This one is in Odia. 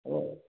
ହେବ